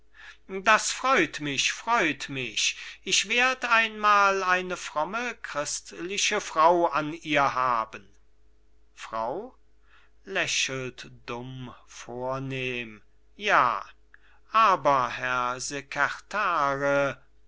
das freut mich freut mich ich werd mal eine fromme christliche frau an ihr haben frau lächelt dumm vornehm ja aber herr sekertare miller